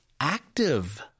active